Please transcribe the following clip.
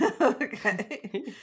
Okay